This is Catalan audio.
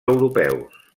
europeus